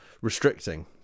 restricting